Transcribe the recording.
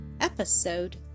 Episode